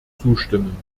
zustimmen